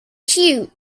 cute